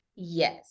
Yes